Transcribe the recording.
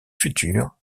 futur